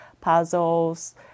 puzzles